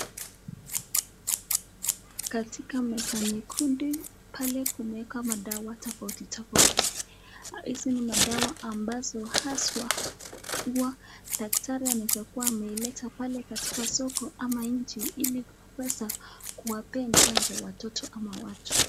Katika meza nyekundu, pale kumeekwa madawa tofauti tofauti. Hizi ni madawa ambazo haswa huwa daktari anaeza kuwa ameileta pale katika soko ama nchi ili kuweza kuwapea chanjo watoto ama watu.